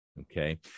okay